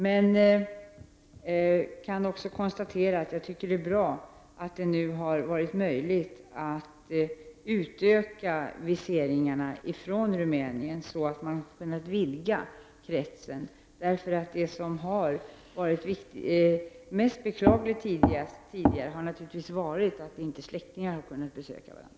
Jag kan också konstatera att det är bra att det nu har varit möjligt att utöka viseringarna från Rumänien, så att man kunnat vidga personkretsen. Det som har varit mest beklagligt tidigare har naturligtvis varit att släktingar inte kunnat besöka varandra.